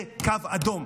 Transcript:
זה קו אדום.